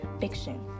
fiction